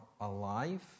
alive